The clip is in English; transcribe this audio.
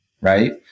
right